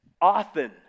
often